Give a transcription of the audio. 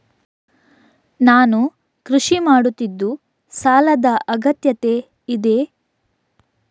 ನಾನು ಕೃಷಿ ಮಾಡುತ್ತಿದ್ದು ಸಾಲದ ಅಗತ್ಯತೆ ಇದೆ?